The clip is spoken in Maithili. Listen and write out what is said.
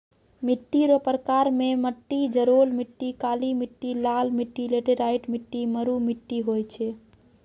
मिट्टी रो प्रकार मे मट्टी जड़ोल मट्टी, काली मट्टी, लाल मट्टी, लैटराईट मट्टी, मरु मट्टी होय छै